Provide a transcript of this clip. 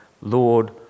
Lord